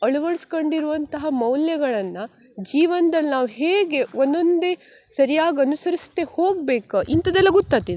ಅಳ್ವಡ್ಸ್ಕೊಂಡಿರುವಂತಹ ಮೌಲ್ಯಗಳನ್ನು ಜೀವನ್ದಲ್ಲಿ ನಾವು ಹೇಗೆ ಒಂದೊಂದೇ ಸರಿಯಾಗಿ ಅನುಸರಿಸ್ತಾ ಹೋಗ್ಬೇಕು ಇಂಥದ್ದೆಲ್ಲ ಗುತ್ತಾತಿದು